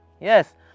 yes